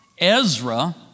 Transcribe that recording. Ezra